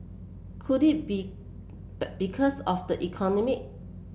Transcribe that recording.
could it be because of the economy